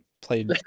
played